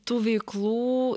tų veiklų